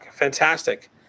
fantastic